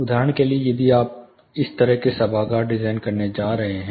उदाहरण के लिए यदि आप इस तरह से एक सभागार डिजाइन करने के लिए कर रहे हैं